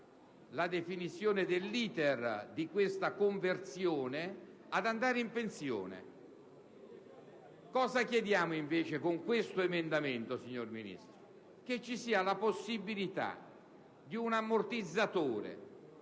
la definizione dell'*iter* di questa conversione, ad andare in pensione. Cosa chiediamo, invece, con questo emendamento, signor Ministro? Che ci sia la possibilità di prevedere un ammortizzatore,